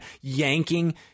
yanking